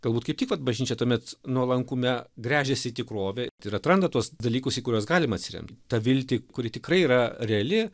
galbūt kaip tik vat bažnyčia tuomet nuolankume gręžiasi į tikrovę ir atranda tuos dalykus į kuriuos galima atsiremt tą viltį kuri tikrai yra reali